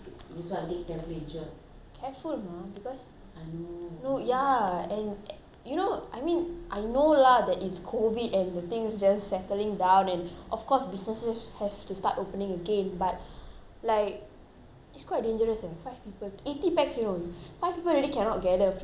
careful ma because no ya and you know I mean I know lah that it's COVID and the things just settling down and of course businesses have to start opening again but like it's quite dangerous eh five people eighty pax you know five people already cannot gather freaking eighty pax at your hotel what the hell